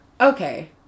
Okay